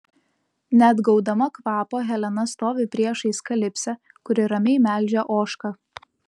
neatgaudama kvapo helena stovi priešais kalipsę kuri ramiai melžia ožką